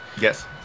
Yes